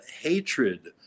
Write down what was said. hatred